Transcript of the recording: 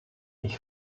ich